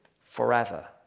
forever